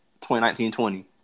2019-20